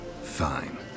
Fine